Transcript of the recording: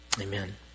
Amen